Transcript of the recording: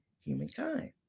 humankind